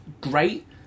great